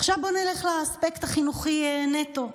עכשיו בואו נלך לאספקט החינוכי נטו.